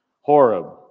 Horeb